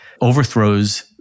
overthrows